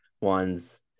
ones